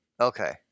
Okay